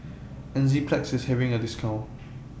Enzyplex IS having A discount